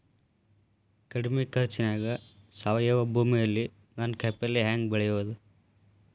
ಕಡಮಿ ಖರ್ಚನ್ಯಾಗ್ ಸಾವಯವ ಭೂಮಿಯಲ್ಲಿ ನಾನ್ ಕಾಯಿಪಲ್ಲೆ ಹೆಂಗ್ ಬೆಳಿಯೋದ್?